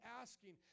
asking